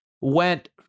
went